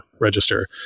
register